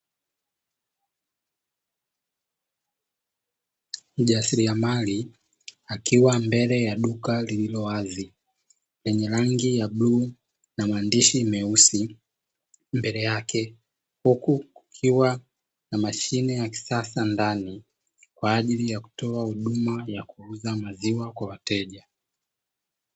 Mjasiriamali akiwa mbele ya duka lililo wazi lenye rangi ya bluu na maandishi meusi mbele yake, huku ikiwa na mashine ya kisasa ndani kwa ajili ya kutoa huduma ya kuuza maziwa kwa wateja.